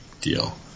deal